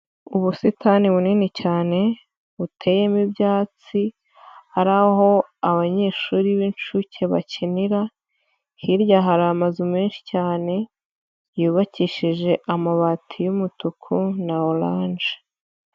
Ubusitani bunini cyane buteyemo ibyatsi hari aho abanyeshuri b'incuke bakinira, hirya hari amazu menshi cyane yubakishije amabati y'umutuku na orange.